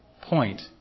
point